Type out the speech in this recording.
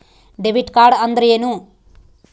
Debit card ಅಂದ್ರೇನು?